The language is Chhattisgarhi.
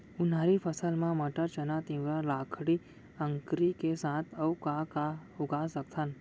उनहारी फसल मा मटर, चना, तिंवरा, लाखड़ी, अंकरी के साथ अऊ का का उगा सकथन?